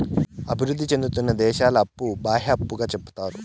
అభివృద్ధి సేందుతున్న దేశాల అప్పు బాహ్య అప్పుగా సెప్తారు